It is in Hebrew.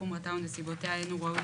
חומרתה או נסיבותיה אין הוא ראוי,